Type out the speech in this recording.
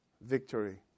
victory